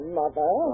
mother